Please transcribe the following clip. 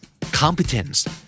Competence